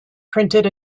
printed